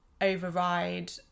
override